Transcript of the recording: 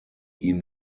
ihm